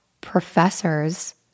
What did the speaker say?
professors